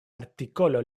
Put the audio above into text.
artikolo